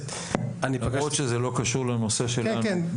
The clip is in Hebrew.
למרות שזה לא קשור לנושא שלנו,